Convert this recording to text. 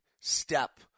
step